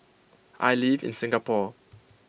I live in Singapore